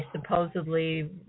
supposedly